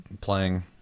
playing